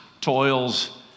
toils